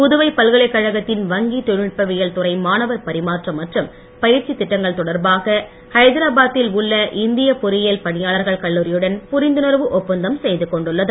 புதுவை பல்கலைக் கழகத்தின் வங்கி தொழில்நுட்பவியல் துறை மாணவர் பரிமாற்றம் மற்றும் பயிற்சி திட்டங்கள் தொடர்பாக ஹைதராபா தில் உள்ள இந்திய பொறியியல் பணியாளர் கல்லூரி யுடன் புரிந்துணர்வு ஒப்பந்தம் செய்துகொண்டுள்ளது